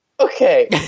Okay